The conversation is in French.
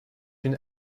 une